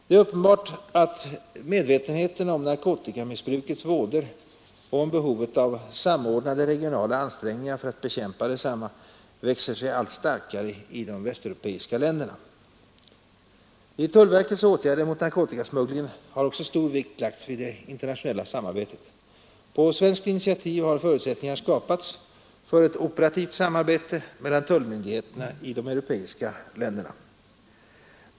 Det är uppenbart att medvetenheten om narkotikamissbrukets vådor och om behovet av samordnade regionala ansträngningar för att bekämpa detsamma växer sig allt starkare i de västeuropeiska länderna. I tullverkets åtgärder mot narkotikasmugglingen har också stor vikt lagts vid det internationella samarbetet. På svenskt initiativ har förutsättningar skapats för ett operativt samarbete mellan tullmyndigheterna i de europeiska länderna.